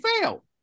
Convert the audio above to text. fail